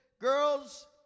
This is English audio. girls